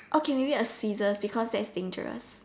okay maybe scissors because thats dangerous